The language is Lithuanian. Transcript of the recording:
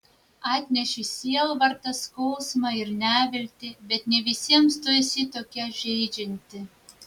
atneši sielvartą skausmą ir neviltį bet ne visiems tu esi tokia žeidžianti